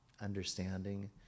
understanding